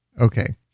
Okay